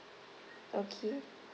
okay